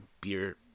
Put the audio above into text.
beer